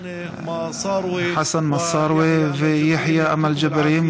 חסן מסארוה ויחיא עמל ג'בארין.